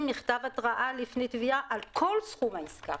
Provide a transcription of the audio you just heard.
מכתב התרעה לפני תביעה על כל סכום העסקה